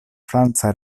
franca